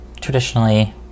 traditionally